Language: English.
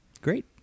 Great